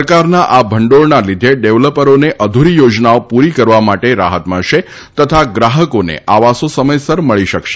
સરકારના આ ભંડોળના લીધે ડેવલપરોને અધુરી યોજનાઓ પુરી કરવા માટે રાહત મળશે તથા ગ્રાહકોને આવાસો સમયસર મળી શકશે